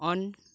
on